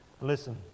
Listen